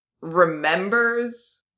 remembers